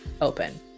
open